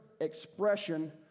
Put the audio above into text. expression